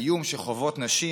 האיום שחוות נשים